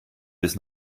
bis